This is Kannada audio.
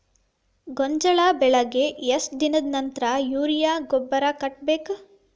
ಗೋಂಜಾಳ ಬೆಳೆಗೆ ಎಷ್ಟ್ ದಿನದ ನಂತರ ಯೂರಿಯಾ ಗೊಬ್ಬರ ಕಟ್ಟಬೇಕ?